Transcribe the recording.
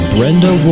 Brenda